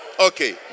okay